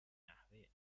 نحوه